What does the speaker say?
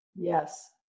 Yes